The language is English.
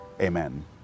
Amen